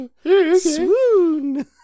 swoon